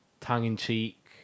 tongue-in-cheek